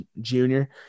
junior